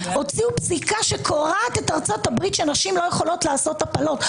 הוציאו פסיקה שקורעת את ארצות הברית שנשים לא יכולות לעשות הפלות.